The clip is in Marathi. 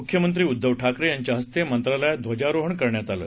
मुख्यमंत्री उद्धव ठाकरे यांच्या हस्ते मंत्रालयात ध्वजारोहण करण्यात आलं